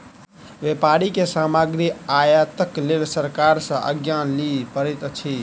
व्यापारी के सामग्री आयातक लेल सरकार सॅ आज्ञा लिअ पड़ैत अछि